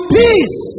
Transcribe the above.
peace